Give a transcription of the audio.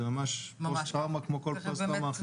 זה ממש פוסט טראומה כמו כל פוסט טראומה אחרת.